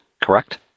correct